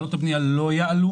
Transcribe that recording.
התחלות הבנייה לא יעלו,